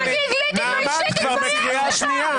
תתבייש לך.